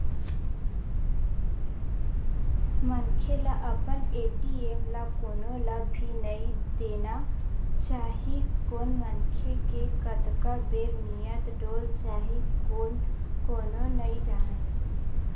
मनखे ल अपन ए.टी.एम ल कोनो ल भी नइ देना चाही कोन मनखे के कतका बेर नियत डोल जाही कोनो नइ जानय